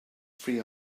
free